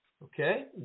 Okay